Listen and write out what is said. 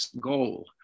goal